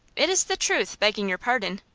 it is the truth, begging your pardon.